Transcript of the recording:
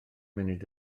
munud